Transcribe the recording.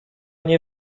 nie